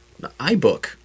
iBook